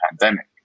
pandemic